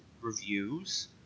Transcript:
reviews